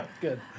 Good